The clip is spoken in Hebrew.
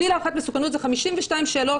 כלי להערכת מסוכנות הוא 52 שאלות.